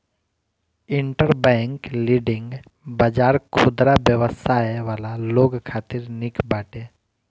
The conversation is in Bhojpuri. इंटरबैंक लीडिंग बाजार खुदरा व्यवसाय वाला लोग खातिर निक बाटे